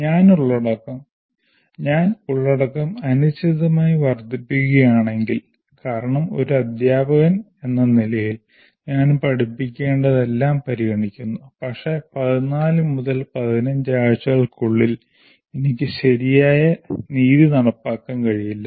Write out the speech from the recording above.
ഞാൻ ഉള്ളടക്കം അനിശ്ചിതമായി വർദ്ധിപ്പിക്കുകയാണെങ്കിൽ കാരണം ഒരു അദ്ധ്യാപകനെന്ന നിലയിൽ ഞാൻ പഠിക്കേണ്ടതെല്ലാം പരിഗണിക്കുന്നു പക്ഷേ 14 മുതൽ 15 ആഴ്ചകൾക്കുള്ളിൽ എനിക്ക് ശരിയായ നീതി നടപ്പാക്കാൻ കഴിയില്ല